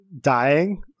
dying